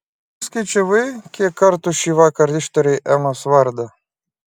ar neskaičiavai kiek kartų šįvakar ištarei emos vardą